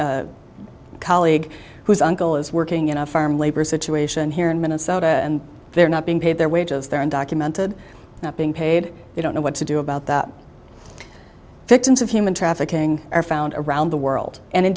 colleague whose uncle is working in a farm labor situation here in minnesota and they're not being paid their wages they're undocumented not being paid they don't know what to do about that victims of human trafficking are found around the world and in